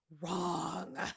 Wrong